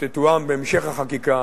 תתואם בהמשך החקיקה